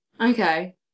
Okay